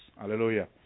Hallelujah